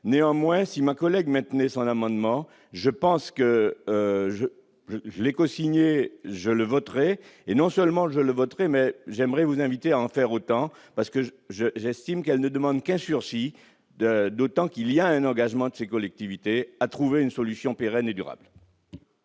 néanmoins si ma collègue maintenait son amendement, je pense que je l'ai cosigné je le voterais et non seulement je le voterai mais j'aimerais vous inviter à en faire autant, parce que je, j'estime qu'elle ne demande qu'un sursis de d'autant qu'il y a un engagement de ces collectivités à trouver une solution pérenne et durable.